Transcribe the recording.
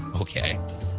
Okay